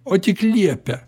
o tik liepia